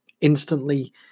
instantly